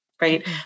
right